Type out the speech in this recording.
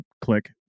Click